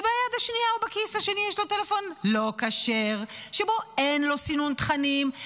וביד השנייה או בכיס השני יש לו טלפון לא כשר שבו אין לו סינון תכנים.